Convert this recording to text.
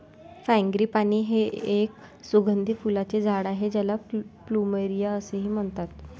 frangipani हे एक सुगंधी फुलांचे झाड आहे ज्याला प्लुमेरिया असेही म्हणतात